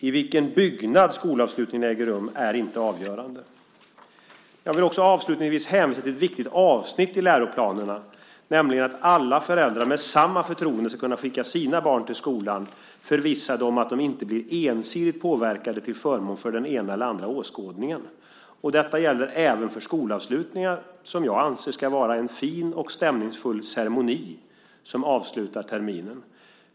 I vilken byggnad skolavslutningen äger rum ska inte vara avgörande. Jag vill avslutningsvis hänvisa till ett viktigt avsnitt i läroplanerna, nämligen att alla föräldrar med samma förtroende ska kunna skicka sina barn till skolan förvissade om att de inte blir ensidigt påverkade till förmån för den ena eller andra åskådningen. Detta gäller även för skolavslutningar, som jag anser ska vara en fin och stämningsfull ceremoni som avslutar terminen.